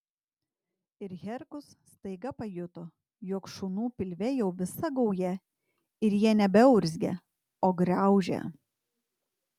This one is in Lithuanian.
ir herkus staiga pajuto jog šunų pilve jau visa gauja ir jie nebeurzgia o graužia